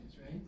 right